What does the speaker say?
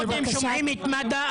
קודם שומעים את מד"א,